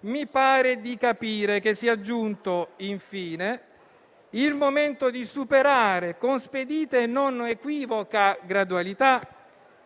Mi pare di capire che sia giunto, infine, il momento di superare, con spedita e non equivoca gradualità,